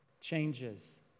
changes